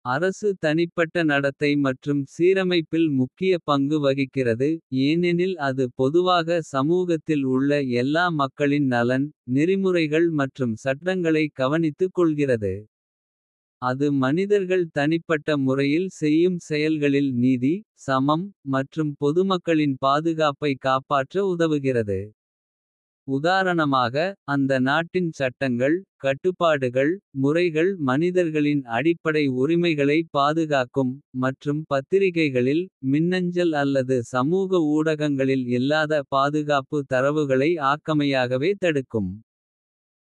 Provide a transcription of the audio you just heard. அரசு தனிப்பட்ட நடத்தை மற்றும் சீரமைப்பில். முக்கிய பங்கு வகிக்கிறது ஏனெனில் அது பொதுவாக. சமூகத்தில் உள்ள எல்லா மக்களின் நலன். நெறிமுறைகள் மற்றும் சட்டங்களை கவனித்துக் கொள்கிறது. அது மனிதர்கள் தனிப்பட்ட முறையில் செய்யும் செயல்களில் நீதி. சமம் மற்றும் பொதுமக்களின் பாதுகாப்பைக. காப்பாற்ற உதவுகிறது உதாரணமாக. அந்த நாட்டின் சட்டங்கள் கட்டுப்பாடுகள். முறைகள் மனிதர்களின் அடிப்படை உரிமைகளை பாதுகாக்கும். மற்றும் பத்திரிகைகளில் மின்னஞ்சல் அல்லது சமூக. ஊடகங்களில் இல்லாத பாதுகாப்பு தரவுகளை ஆக்கமையாகவே தடுக்கும்.